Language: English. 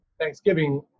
Thanksgiving